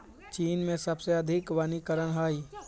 चीन में सबसे अधिक वनीकरण हई